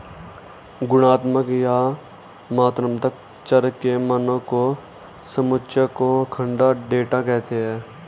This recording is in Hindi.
गुणात्मक या मात्रात्मक चर के मानों के समुच्चय को आँकड़ा, डेटा कहते हैं